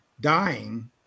dying